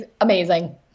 amazing